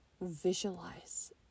visualize